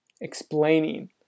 explaining